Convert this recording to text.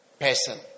person